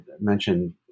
mentioned